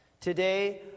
Today